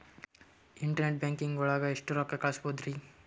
Internet banking ಒಳಗೆ ಎಷ್ಟ್ ರೊಕ್ಕ ಕಲ್ಸ್ಬೋದ್ ರಿ?